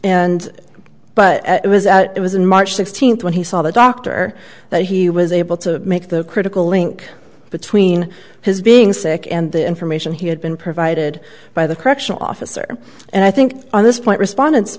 but it was in march sixteenth when he saw the doctor that he was able to make the critical link between his being sick and the information he had been provided by the correctional officer and i think on this point respondents